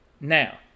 Now